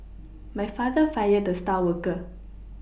my father fired the star worker